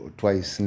twice